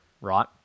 right